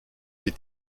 les